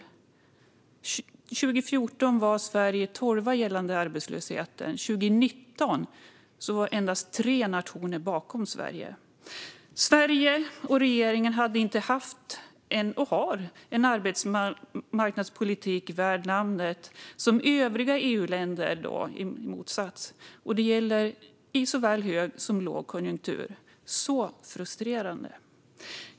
År 2014 låg Sverige tolva gällande arbetslösheten, 2019 låg endast tre nationer efter Sverige. Sverige och regeringen hade och har inte en arbetsmarknadspolitik värd namnet i motsats till övriga EU-länder, och det gäller i såväl hög som lågkonjunktur - så frustrerande.